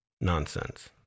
nonsense